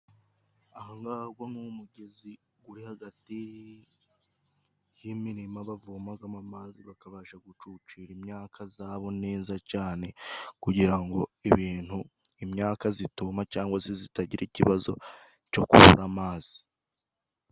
Aho ngaho go ni umugezi guri hagati y'imirima, bavomagamo amazi bakabasha gucucira imyaka zabo neza cane, kugira ngo ibintu imyaka zituma cangwa se zitagira ikibazo co kubura amazi.